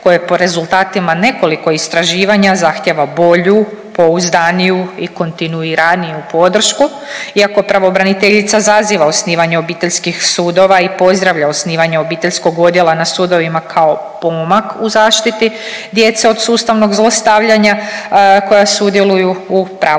koje po rezultatima nekoliko istraživanja zahtijeva bolju, pouzdaniju i kontinuiraniju podršku iako pravobraniteljica zaziva osnivanje obiteljskih sudova i pozdravlja osnivanje obiteljskog odjela na sudovima kao pomak u zaštiti djece od sustavnog zlostavljanja koja sudjeluju u pravosudnim